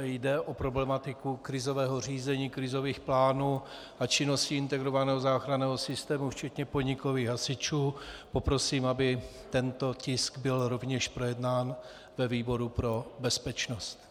jde o problematiku krizového řízení, krizových plánů a činnosti integrovaného záchranného systému včetně podnikových hasičů, poprosím, aby tento tisk byl rovněž projednán ve výboru pro bezpečnost.